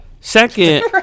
Second